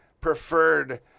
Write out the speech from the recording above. preferred